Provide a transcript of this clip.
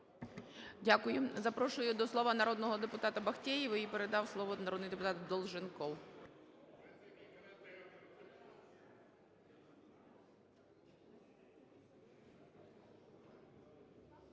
Дякую. Запрошую до слова народного депутата Бахтеєву, їй передав слово народний депутат Долженков.